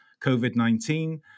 COVID-19